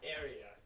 area